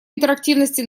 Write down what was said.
интерактивности